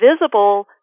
visible